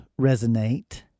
resonate